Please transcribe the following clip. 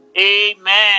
Amen